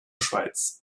schweiz